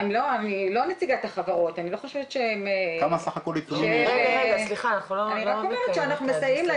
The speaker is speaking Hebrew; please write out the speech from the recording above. אני כן יכול לומר שאנחנו מכירים את